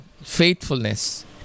faithfulness